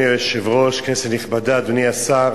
אדוני היושב-ראש, כנסת נכבדה, אדוני השר,